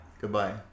goodbye